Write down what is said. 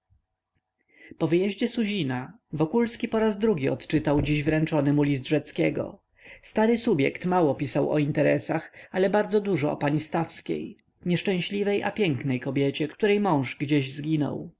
po wyjeździe suzina wokulski poraz drugi odczytał dziś wręczony mu list rzeckiego stary subjekt mało pisał o interesach ale bardzo dużo o pani stawskiej nieszczęśliwej a pięknej kobiecie której mąż gdzieś zginął